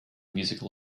musical